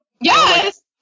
Yes